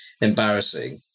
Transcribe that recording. embarrassing